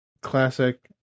classic